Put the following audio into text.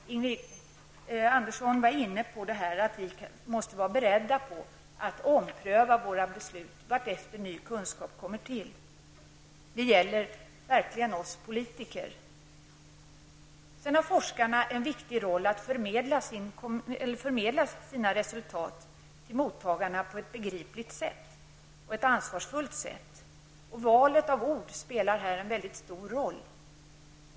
Ingrid Andersson var inne på att vi måste vara beredda på att ompröva våra beslut vartefter kunskap tillkommer. Det gäller verkligen oss politiker. Sedan har forskarna en viktig roll att förmedla sina resultat till mottagarna på ett begripligt och ansvarsfullt sätt. Valet av ord spelar här en mycket stor roll.